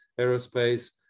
aerospace